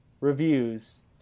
reviews